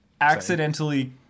accidentally